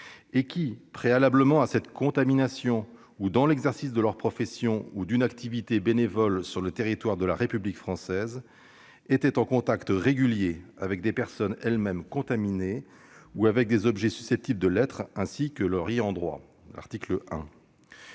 et qui, préalablement à cette contamination, ont été, dans l'exercice de leur profession ou d'une activité bénévole sur le territoire de la République française, en contact régulier avec des personnes elles-mêmes contaminées ou avec des objets susceptibles de l'être, ainsi que ceux de